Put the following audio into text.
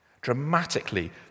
dramatically